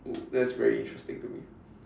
uh that's very interesting to me